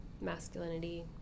masculinity